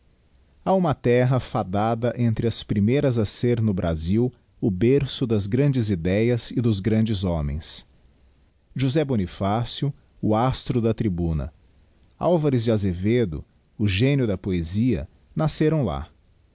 ha uma terra fadada entre as primeiras a ser no brasil o berço das grandes ideias e dos grandes homens josé bonifácio o astro da tribuna alvares de azevedo o génio da poesia nasceram lá